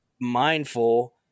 mindful